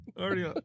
already